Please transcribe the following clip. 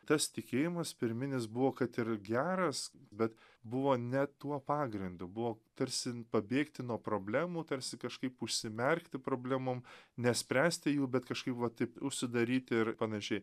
tas tikėjimas pirminis buvo kad ir geras be buvo ne tuo pagrindu buvo tarsi pabėgti nuo problemų tarsi kažkaip užsimerkti problemom nespręsti jų bet kažkaip va taip užsidaryti ir panašiai